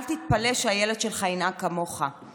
אל תתפלא שהילד שלך ינהג כמוך.